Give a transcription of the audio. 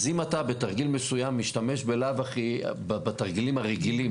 אז אם אתה בתרגיל מסוים משתמש בלאו הכי בתרגילים הרגילים,